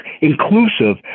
inclusive